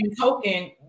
token